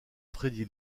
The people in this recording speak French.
freddy